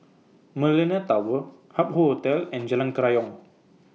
Millenia Tower Hup Hoe Hotel and Jalan Kerayong